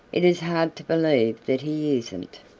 it is hard to believe that he isn't.